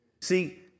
See